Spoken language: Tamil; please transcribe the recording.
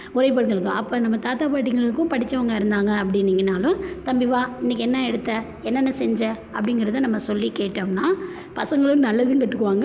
அப்போ நம்ம தாத்தா பாட்டிங்களுக்கும் படித்தவங்க இருந்தாங்க அப்படின்னீங்கனாலும் தம்பி வா இன்னைக்கு என்ன எடுத்த என்னென்ன செஞ்ச அப்டிங்கிறத நம்ம சொல்லி கேட்டோம்னா பசங்களும் நல்லதையும் கேட்டுக்குவாங்க